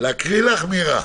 להקריא לך, מירה?